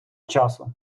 часу